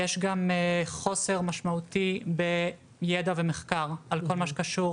יש גם חוסר משמעותי בידע ומחקר על כל מה שקשור